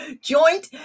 Joint